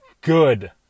good